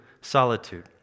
solitude